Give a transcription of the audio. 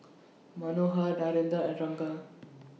Manohar Narendra and Ranga